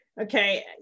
Okay